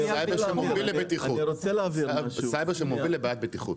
סייבר שמוביל לבעיית בטיחות.